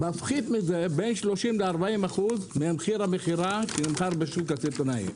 מפחית מזה בין 30% ל-40% ממחיר המכירה שנמכר בשוק הסיטונאי.